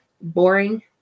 boring